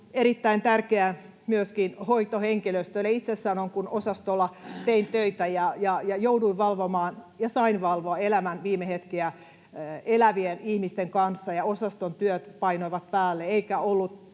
erittäin tärkeää myöskin hoitohenkilöstölle. Itse sanon, että kun osastolla tein töitä ja jouduin valvomaan ja sain valvoa elämän viime hetkiä elävien ihmisten kanssa ja osaston työt painoivat päälle